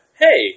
hey